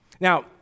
Now